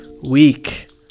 week